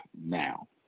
now